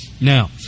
Now